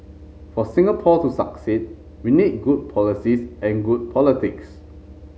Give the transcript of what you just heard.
for Singapore to succeed we need good policies and good politics